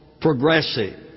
progressive